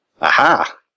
Aha